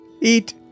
Eat